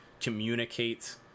communicate